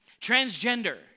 Transgender